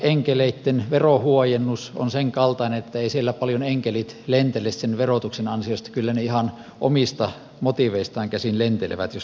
sijoittajaenkeleitten verohuojennus on sen kaltainen että eivät siellä paljon enkelit lentele sen verotuksen ansiosta kyllä ne ihan omista motiiveistaan käsin lentelevät jos lentelevät